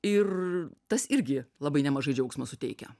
ir tas irgi labai nemažai džiaugsmo suteikia